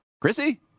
Chrissy